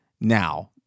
Now